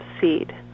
seed